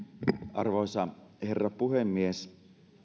arvoisa herra puhemies